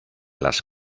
las